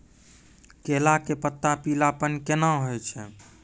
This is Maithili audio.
केला के पत्ता पीलापन कहना हो छै?